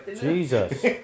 jesus